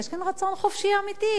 יש כאן רצון חופשי אמיתי,